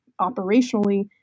operationally